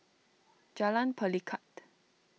Jalan Pelikat